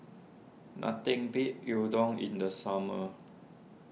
nothing beats Udon in the summer